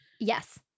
Yes